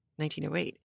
1908